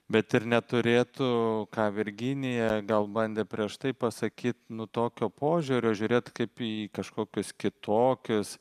bet ir neturėtų ką virginija gal bandė prieš tai pasakyt nu tokio požiūrio žiūrėti kaip į kažkokius kitokius